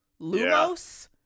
Lumos